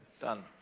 Done